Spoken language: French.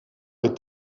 est